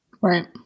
right